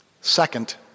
Second